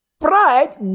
Pride